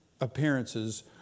appearances